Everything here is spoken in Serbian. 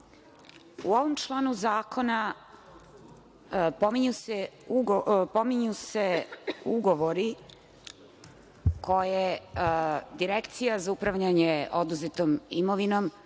ovom članu zakona pominju se ugovori koje Direkcija za upravljanje oduzetom imovinom